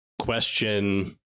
question